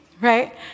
right